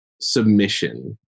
submission